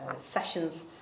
sessions